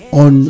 on